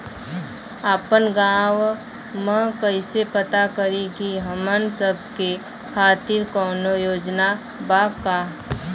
आपन गाँव म कइसे पता करि की हमन सब के खातिर कौनो योजना बा का?